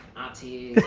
aunties.